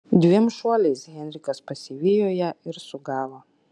dviem šuoliais henrikas pasivijo ją ir sugavo